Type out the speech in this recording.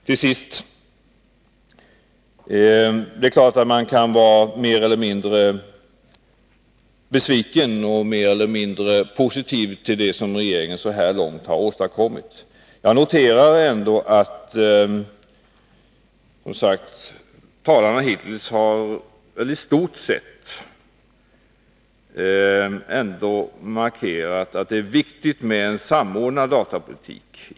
Till sist: Det är klart att man kan vara mer eller mindre besviken över och mer eller mindre positiv till det som regeringen så här långt har åstadkommit. Jag noterar ändå att talarna hittills i stort sett har markerat att det är viktigt med en samordnad datapolitik.